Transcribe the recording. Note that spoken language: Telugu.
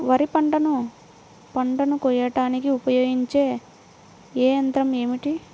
వరిపంటను పంటను కోయడానికి ఉపయోగించే ఏ యంత్రం ఏమిటి?